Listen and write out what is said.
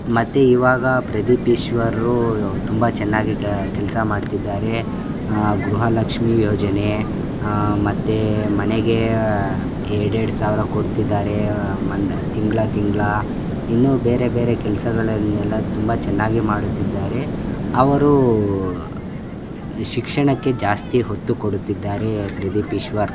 ಮತ್ತು ಇವಾಗ ಪ್ರದೀಪ್ ಈಶ್ವರ್ರು ತುಂಬ ಚೆನ್ನಾಗಿ ಕೆಲಸ ಮಾಡ್ತಿದ್ದಾರೆ ಗೃಹಲಕ್ಷ್ಮಿ ಯೋಜನೆ ಮತ್ತು ಮನೆಗೆ ಎರ್ಡೆರ್ಡು ಸಾವಿರ ಕೊಡ್ತಿದ್ದಾರೆ ಮನೆ ತಿಂಗ್ಳು ತಿಂಗ್ಳು ಇನ್ನೂ ಬೇರೆ ಬೇರೆ ಕೆಲಸಗಳನ್ನೆಲ್ಲ ತುಂಬ ಚೆನ್ನಾಗೇ ಮಾಡುತ್ತಿದ್ದಾರೆ ಅವರು ಶಿಕ್ಷಣಕ್ಕೆ ಜಾಸ್ತಿ ಒತ್ತು ಕೊಡುತ್ತಿದ್ದಾರೆ ಪ್ರದೀಪ್ ಈಶ್ವರ್